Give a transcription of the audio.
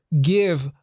give